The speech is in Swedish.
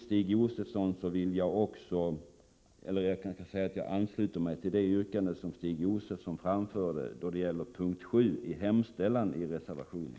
Jag ansluter mig också till det yrkande som Stig Josefson framförde då det gäller punkt 7 i hemställan i reservationen.